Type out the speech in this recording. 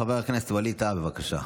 חבר הכנסת ווליד טאהא, בבקשה.